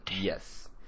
Yes